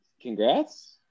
Congrats